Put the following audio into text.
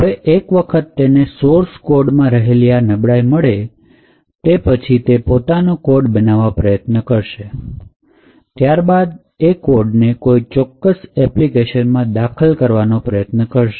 હવે એક વખત તેની સોર્સ કોડમાં રહેલી આ નબળાઈ મળે પછી તે પોતાની કોડ બનવા પ્રયત્ન કરશે ત્યારબાદ એ કોડને કોઈ ચોક્કસ એપ્લિકેશનમાં દાખલ કરવાનો પ્રયત્ન કરશે